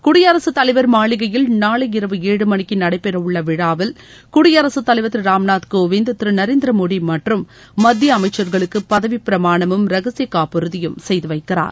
குடியரசுத்தலைவர் மாளிகையில் நாளை இரவு ஏழு மணிக்கு நடைபெறவுள்ள விழாவில் குடியரசுத்தலைவர் திரு ராம் நாத் கோவிந்த் திரு நரேந்திர மோடி மற்றும் மத்திய அமைச்சர்களுக்கு பதவி பிரமாணமும் ரகசிய காப்புறுதியும் செய்து வைக்கிறார்